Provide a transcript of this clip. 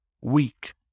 weak